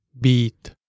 beat